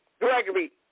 Gregory